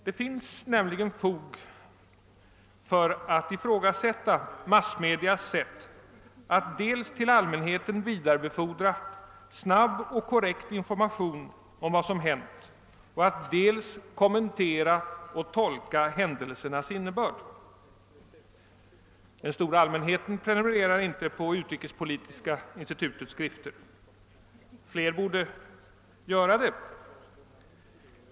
Det finns nämligen fog för att ifrågasätta massmedias sätt dels att till allmänheten vidarebefordra snabb och korrekt information om vad som hänt, dels att kommentera och tolka händelsernas innebörd. Den stora allmänheten prenumererar inte på Utrikespolitiska insti. tutets skrifter. Fler borde göra det.